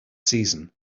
season